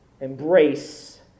embrace